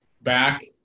Back